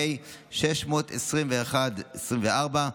פ/621/24,